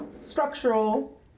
structural